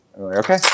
okay